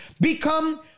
become